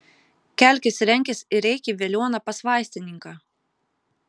kelkis renkis ir eik į veliuoną pas vaistininką